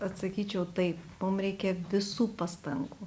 atsakyčiau taip mum reikia visų pastangų